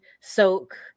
soak